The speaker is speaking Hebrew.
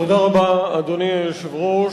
אדוני היושב-ראש,